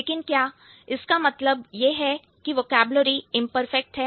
लेकिन क्या इसका मतलब यह है की वोकैबलरी इम्परफेक्ट है